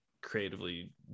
creatively